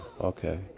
Okay